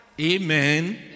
Amen